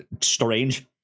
strange